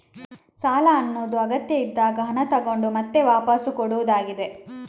ಸಾಲ ಅನ್ನುದು ಅಗತ್ಯ ಇದ್ದಾಗ ಹಣ ತಗೊಂಡು ಮತ್ತೆ ವಾಪಸ್ಸು ಕೊಡುದಾಗಿದೆ